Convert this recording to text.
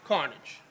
Carnage